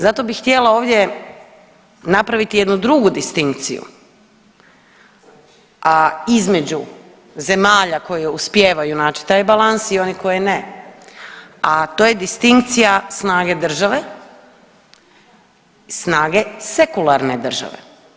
Zato bi htjela ovdje napraviti jednu drugu distinkciju između zemalja koje uspijevaju naći taj balans i one koje ne, a to je distinkcija snage države, snage sekularne države.